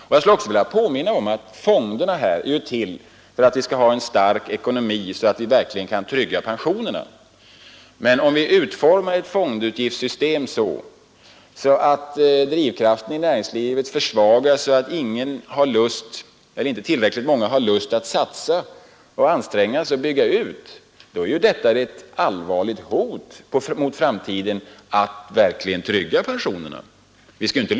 Jag skulle också vilja påminna om att dessa fonder är till för att vi skall ha en stark ekonomi, som gör att vi verkligen kan trygga pensionerna, men om vi utformar ett fondavgiftssystem så, att drivkraften i näringslivet försvagas till den grad att inte tillräckligt många får lust att satsa och att anstränga sig för att bygga ut, är detta ett allvarligt hot att tro att bara för att mot pensionerna i framtiden.